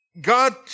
God